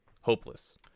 hopeless